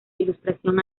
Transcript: ilustración